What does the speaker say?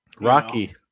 Rocky